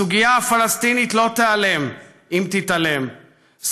הסוגיה הפלסטינית לא תיעלם אם תתעלם.